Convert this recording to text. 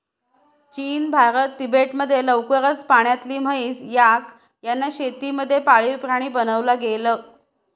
चीन, भारत, तिबेट मध्ये लवकरच पाण्यातली म्हैस, याक यांना शेती मध्ये पाळीव प्राणी बनवला गेल